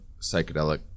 psychedelic